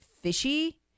fishy